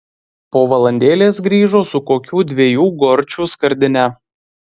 po valandėlės grįžo su kokių dviejų gorčių skardine